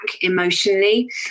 emotionally